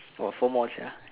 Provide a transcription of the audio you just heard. got four more sia